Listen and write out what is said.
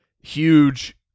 huge